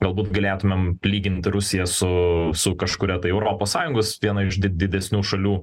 galbūt galėtumėm lyginti rusiją su su kažkuria tai europos sąjungos viena iš di didesnių šalių